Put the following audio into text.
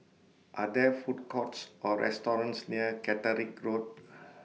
Are There Food Courts Or restaurants near Caterick Road